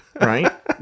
right